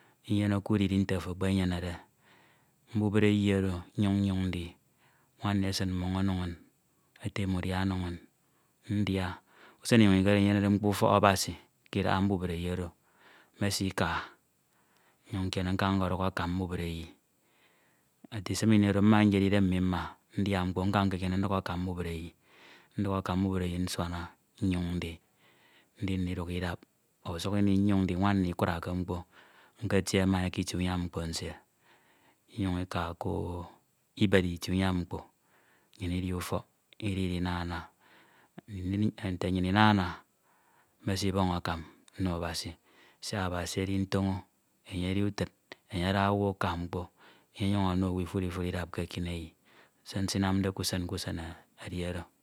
onyeneke udiri nte ofo ekpenyenede mbubreyi oro nnyin nyoñ ndi nwan nni esin mmoñ enim ono inñ efem udia oro inñ ndia usen inguñ inyenede mkpo ufọk Abasi k'idaha mbubreyi oro mesika nnyin nkiere nka nkọduk akam mbubreyi ete isin ini oro mma nyere idem mmi mma ndia mkpo nka nkekiene nduk akam mbubreyi, nduk akam mbubreyi isuana nyoñ ndi ndiduk idap, ọ usuk ini nyoñ ndi ñwan mmi ikurake mkpo nkehe ma e k'itie unyam mkpo nsie inyañ ika koo iberi itie unyam mkpo nnyin idi ufọk idi idinana. Nte nnyin inana mesiboñ akam nno Abasi siak Abasi edi ntoño enye edi ufid enye ada owu ifure ifure idap ke ekineyi se nsinamde k'usen k'usen edi oro